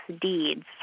deeds